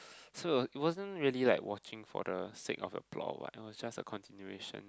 so is wasn't really like really for the seed of the plot what else just a continuation